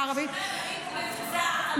הערבית -- פעם ראשונה ראינו מבצע אמיתי.